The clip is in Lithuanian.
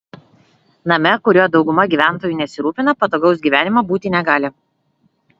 name kuriuo dauguma gyventojų nesirūpina patogaus gyvenimo būti negali